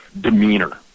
demeanor